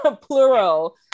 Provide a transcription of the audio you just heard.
plural